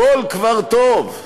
הכול כבר טוב.